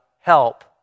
help